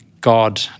God